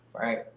right